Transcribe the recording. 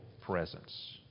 presence